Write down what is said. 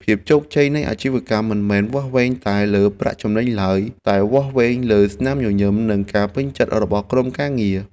ភាពជោគជ័យនៃអាជីវកម្មមិនមែនវាស់វែងតែលើប្រាក់ចំណេញឡើយ តែវាស់វែងលើស្នាមញញឹមនិងការពេញចិត្តរបស់ក្រុមការងារ។